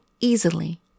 easily